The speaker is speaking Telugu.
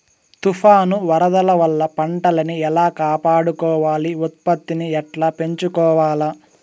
తుఫాను, వరదల వల్ల పంటలని ఎలా కాపాడుకోవాలి, ఉత్పత్తిని ఎట్లా పెంచుకోవాల?